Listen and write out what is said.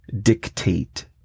dictate